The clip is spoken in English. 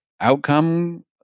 outcome